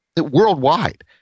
worldwide